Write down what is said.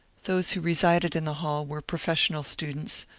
those who resided in the hall were professional students,